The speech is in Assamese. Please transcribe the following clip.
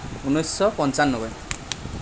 ঊনৈছশ পঞ্চান্নব্বৈ